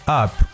up